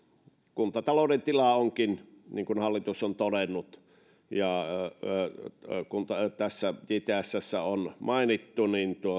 kuntatalouden tila niin kuin hallitus on todennut ja tässä jtsssä on mainittu